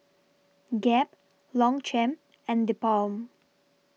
Gap Longchamp and TheBalm